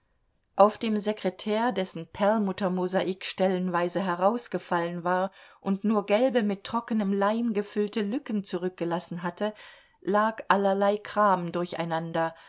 auf dem sekretär dessen perlmuttermosaik stellenweise herausgefallen war und nur gelbe mit trockenem leim gefüllte lücken zurückgelassen hatte lag allerlei kram durcheinander